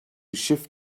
shift